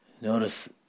Notice